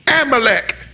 Amalek